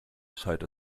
schallte